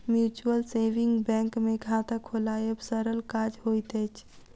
mutual saving bank मे खाता खोलायब सरल काज होइत अछि